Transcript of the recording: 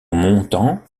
montant